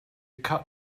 cut